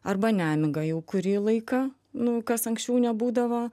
arba nemiga jau kurį laiką nu kas anksčiau nebūdavo